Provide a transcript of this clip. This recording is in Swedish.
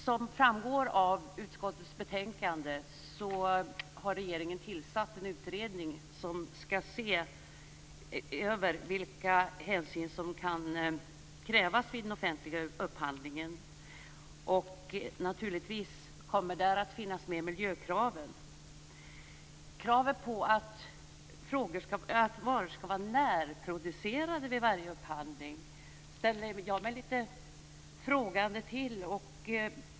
Som framgår av utskottets betänkande har regeringen tillsatt en utredning som skall se över vilka hänsyn som kan krävas vid den offentliga upphandlingen. Naturligtvis kommer miljökraven att finnas med där. Kravet på att varor skall vara närproducerade vid varje upphandling ställer jag mig litet frågande till.